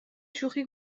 شوخی